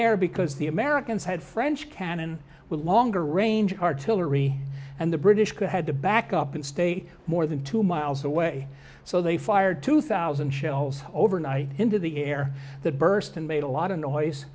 air because the americans had french cannon with longer range artillery and the british had to back up and stay more than two miles away so they fired two thousand shells overnight into the air that burst and made a lot of noise